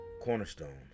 cornerstone